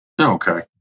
Okay